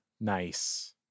Nice